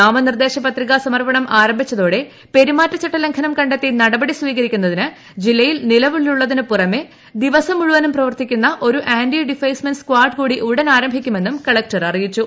നാമനിർദ്ദേശപത്രികാ സമർപ്പണം ആരംഭിച്ചതോടെ പെരുമാറ്റച്ചട്ടലംഘനം കണ്ടെത്തി നടപടി സ്വീകരിക്കുന്നതിന് ജില്ലയിൽ നിലവിലുള്ളതിനു പുറമെ ദിവസം മുഴുവനും പ്രവർത്തിക്കുന്ന ഒരു ആന്റി ഡിഫേയ്സ്മെന്റെ സ്കാഡ് കൂടി ഉടൻ ആരംഭിക്കുമെന്നും കലക്ടർ അറിയിച്ചു